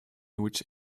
which